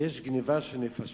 יש גנבה של נפשות,